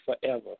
forever